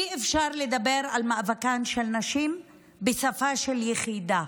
אי-אפשר לדבר על מאבקן של נשים בשפה של יחידה,